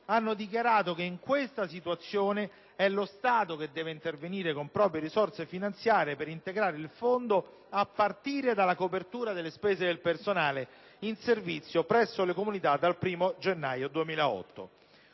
hanno dichiarato che in questa situazione è lo Stato che deve intervenire con proprie risorse finanziarie per integrare il Fondo, a partire dalla copertura delle spese del personale in servizio presso le comunità dal 1° gennaio 2008.